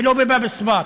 ולא בבאב אל-אסבאט: